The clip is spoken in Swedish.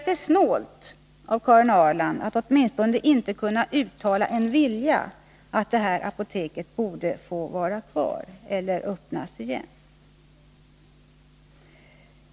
Det är snålt av Karin Ahrland att inte åtminstone kunna uttala en vilja att det här apoteket borde få vara kvar eller öppnas igen.